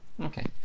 Okay